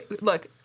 look